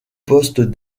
postes